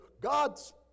God's